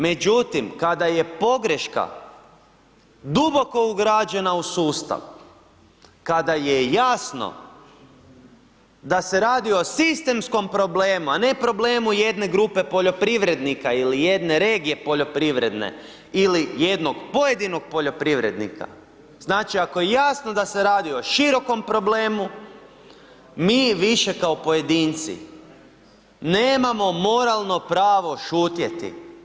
Međutim, kada je pogreška duboko ugrađena u sustav, kada je jasno da se radi o sistemskom problemu, a ne problemu jedne grupe poljoprivrednike ili jedne regije poljoprivredne ili jednoj pojedinog poljoprivrednika, znači ako je jasno da se radi o širokom problemu, mi više kao pojedinci nemamo moralno pravo šutjeti.